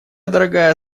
дорогая